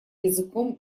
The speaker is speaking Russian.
языком